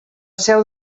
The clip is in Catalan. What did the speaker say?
seu